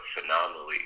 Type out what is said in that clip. phenomenally